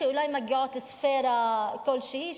שאולי מגיעות לספירה כלשהי,